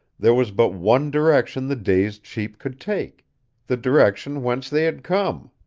there was but one direction the dazed sheep could take the direction whence they had come.